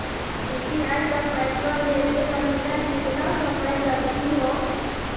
UPI स पैसवा भेजै महिना केतना समय लगही हो?